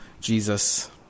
Jesus